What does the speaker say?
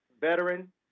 veteran